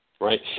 Right